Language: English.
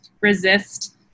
resist